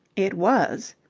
it was.